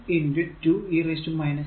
അത് 122 e t